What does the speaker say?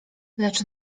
lecz